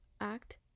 act